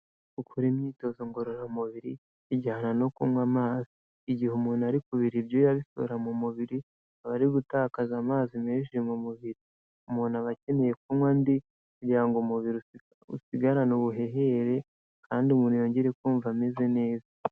Gukora imyitozo ngororamubiri bijyana no kunywa amazi, igihe umuntu ari kubira ibyuya abikura mu mubiri aba ari gutakaza amazi menshi mu mubiri, umuntu aba akeneye kunywa andi kugirango umubiri usigarane ubuhehere kandi umuntu yongere kumva ameze neza.